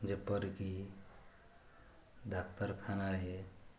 ଯେପରିକି ଡାକ୍ତରଖାନାରେ